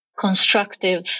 constructive